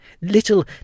Little